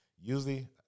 Usually